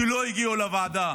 שלא הגיעו לוועדה,